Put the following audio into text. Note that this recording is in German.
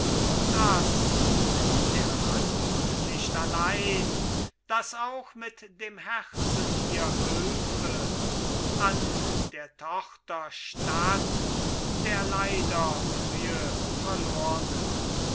das mit der hand nicht allein das auch mit dem herzen ihr hülfe an der tochter statt der leider frühe verlornen